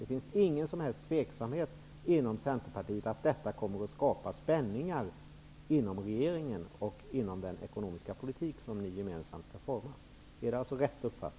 Det finns således ingen som helst tveksamhet inom Centerpartiet om att detta kommer att skapa spänningar inom regeringen och inom den ekonomiska politik som ni skall forma gemensamt? Är detta rätt uppfattat?